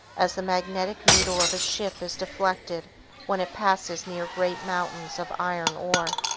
as the magnetic needle of a ship is deflected when it passes near great mountains of iron ore.